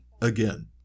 again